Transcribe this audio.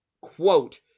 quote